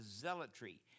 zealotry